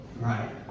right